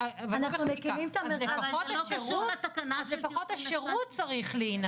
אנחנו מגיעים בסך הכול למיליון